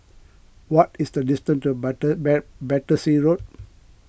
what is the distance to batter Battersea Road